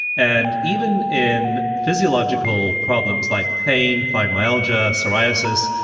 and even in physiological problems like pain, fibromyalgia, psoriasis,